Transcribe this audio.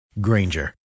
Granger